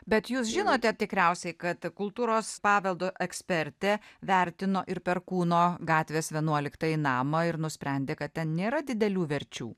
bet jūs žinote tikriausiai kad kultūros paveldo ekspertė vertino ir perkūno gatvės vienuoliktąjį namą ir nusprendė kad ten nėra didelių verčių